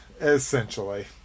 essentially